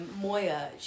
Moya